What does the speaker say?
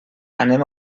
anem